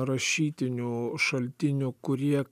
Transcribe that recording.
rašytinių šaltinių kurie